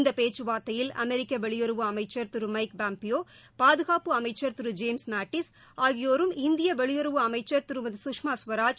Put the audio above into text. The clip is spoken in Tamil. இந்த பேச்சு வார்த்தையில் அமெரிக்க வெளியுறவு அமைச்சர் திரு மைக் பாம்பியோ பாதுணப்பு அமைச்சர் திரு ஜேம்ஸ் மேட்டிஸ் ஆகியோரும் இந்திய வெளியுறவு அமைச்சர் திருமதி சுஷ்மா ஸ்வராஜ்